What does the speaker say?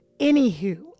Anywho